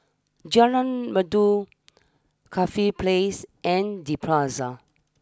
Jalan Merdu Corfe place and the Plaza